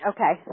Okay